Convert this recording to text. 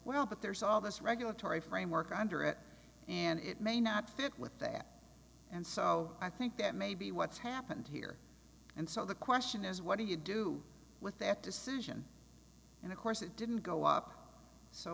well but there's all this regulatory framework under it and it may not fit with that and so i think that maybe what's happened here and so the question is what do you do with that decision and of course it didn't go up so